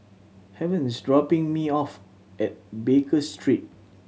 Haven is dropping me off at Baker Street